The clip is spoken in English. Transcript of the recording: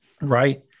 Right